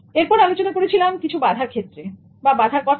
এরপর আলোচনা করেছিলাম কিছু বাধার কথা